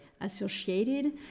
associated